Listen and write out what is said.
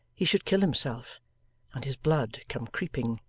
he should kill himself and his blood come creeping,